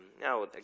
Now